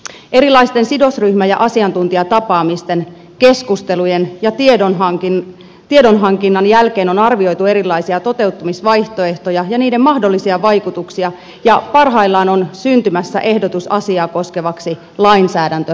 erilaisten sidosryhmä ja asiantuntijatapaamisten keskustelujen ja tiedonhankinnan jälkeen on arvioitu erilaisia toteuttamisvaihtoehtoja ja niiden mahdollisia vaikutuksia ja parhaillaan on syntymässä ehdotus asiaa koskevaksi lainsäädäntöratkaisuksi